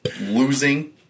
losing